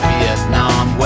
Vietnam